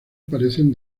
aparecen